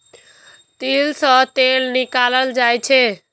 तिल सं तेल निकालल जाइ छै